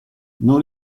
non